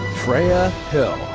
freja hill.